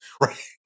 Right